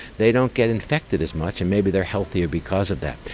they don't get infected as much and maybe they are healthier because of that.